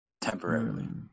Temporarily